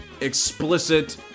explicit